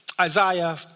Isaiah